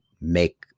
make